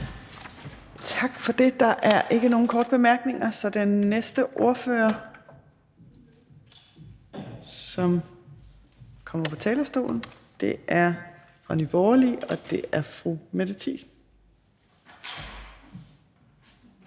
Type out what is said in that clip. Tak for det. Der er ikke nogen korte bemærkninger. Så den næste ordfører, som kommer på talerstolen, er fra Nye Borgerlige, og det er fru Mette Thiesen.